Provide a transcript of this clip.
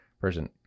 person